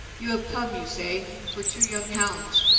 you have come, you say, for two young hounds.